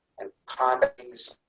and conduct things